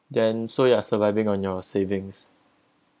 then so you are surviving on your savings